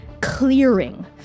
clearing